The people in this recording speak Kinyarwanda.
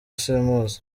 simuzi